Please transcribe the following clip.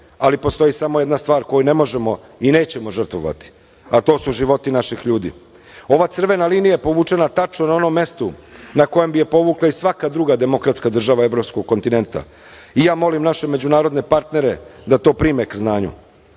ali postoji samo jedna stvar koju ne možemo i nećemo žrtvovati, a to su životi naših ljudi. Ova crvena linija je povučena tačno na onom mestu na kojem bi je povukla i svaka druga demokratska država evropskog kontinenta. I ja molim naše međunarodne partnere da to prime k znanju.